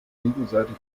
gegenseitig